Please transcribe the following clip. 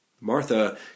Martha